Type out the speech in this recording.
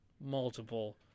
multiple